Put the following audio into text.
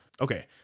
Okay